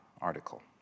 article